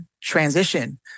transition